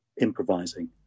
improvising